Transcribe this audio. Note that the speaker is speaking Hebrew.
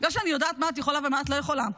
זה שאני יודעת מה את יכולה ומה את לא יכולה,